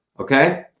okay